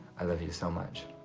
i love you so much.